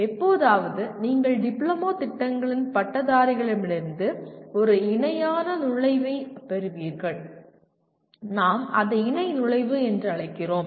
எப்போதாவது நீங்கள் டிப்ளோமா திட்டங்களின் பட்டதாரிகளிடமிருந்து ஒரு இணையான நுழைவைப் பெறுவீர்கள் நாம் அதை இணை நுழைவு என்று அழைக்கிறோம்